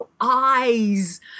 eyes